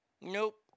nope